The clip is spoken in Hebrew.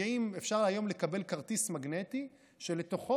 אפשר היום לקבל כרטיס מגנטי שלתוכו